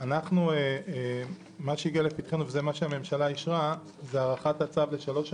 שמה שהגיע לפתחנו לאחר אישור הממשלה הוא הארכת הצו לשלוש שנים.